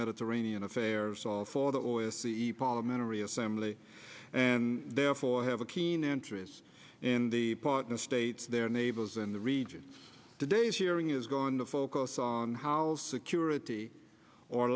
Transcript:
mediterranean affairs all for the oil the parliamentary assembly and therefore have a keen interest in the partner states their neighbors in the region today's hearing is going to focus on how security or